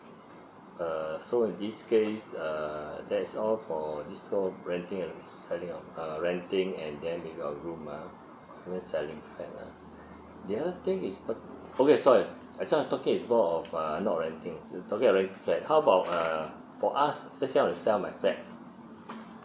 uh so in this case err that is all for this called renting and selling uh renting and then maybe a room ah not selling a flat ah the other thing is ta~ okay sorry I just talking is more of uh not renting we're talking renting a flat how about uh for us let's say I were to sell my flat